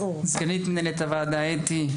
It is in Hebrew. סגנית מנהלת הוועדה אתי,